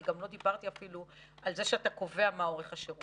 אני גם לא דיברתי אפילו על זה שאתה קובע מה אורך השירות.